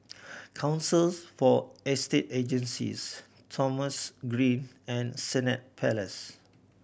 Councils for Estate Agencies Thomson Green and Senett Palace